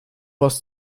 was